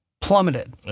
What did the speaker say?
plummeted